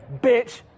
bitch